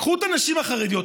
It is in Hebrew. קחו את הנשים החרדיות,